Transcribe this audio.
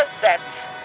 sets